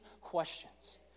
questions